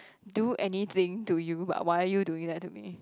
do anything to you but why are you doing that to me